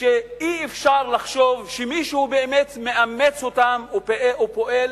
שאי-אפשר לחשוב שמישהו באמת מאמץ אותם ופועל